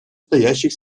стоящих